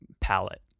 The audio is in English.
palette